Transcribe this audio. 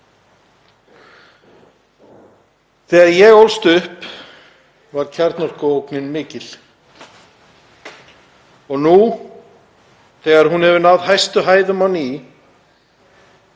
Þegar ég ólst upp var kjarnorkuógnin mikil og nú þegar hún hefur náð hæstu hæðum á ný